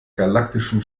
galaktischen